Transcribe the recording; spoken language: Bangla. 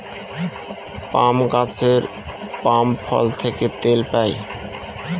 পাম গাছের পাম ফল থেকে তেল পাই